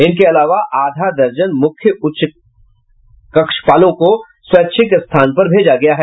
इनके अलावा आधा दर्जन मुख्य उच्च कक्षपालों को स्वैच्छिक स्थान पर भेजा गया है